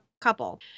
couple